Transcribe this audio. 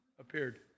appeared